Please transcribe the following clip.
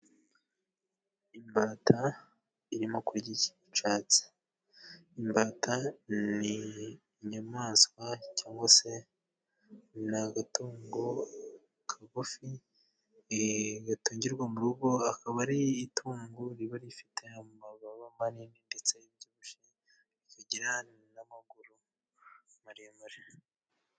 Imbata irimo kurya icyatsi. Imbata ni inyamaswa cyangwa se agatungo kagufi gatungirwa mu rugo. Akaba ari itungo riba rifite amababa manini, ndetse ribyibushye zigira n'amaguru maremare.